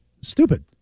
Stupid